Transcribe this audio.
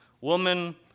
woman